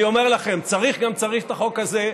אני אומר לכם: צריך גם צריך את החוק הזה.